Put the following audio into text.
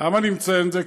למה אני מציין את זה?